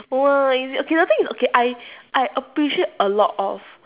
!wah! is it okay the thing is okay I I appreciate a lot of